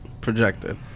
Projected